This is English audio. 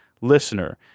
listener